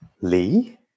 Lee